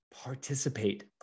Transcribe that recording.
participate